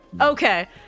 Okay